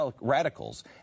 radicals